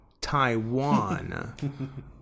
Taiwan